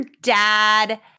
dad